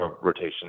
rotation